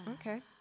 Okay